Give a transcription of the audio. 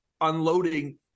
unloading